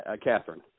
Catherine